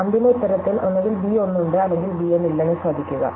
അന്തിമ ഉത്തരത്തിൽ ഒന്നുകിൽ ബി 1 ഉണ്ട് അല്ലെങ്കിൽ ബി 1 ഇല്ലെന്ന് ശ്രദ്ധിക്കുക